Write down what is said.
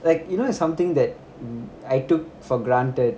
like you know it's something that mm I took for granted